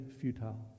futile